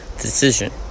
decision